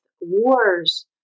wars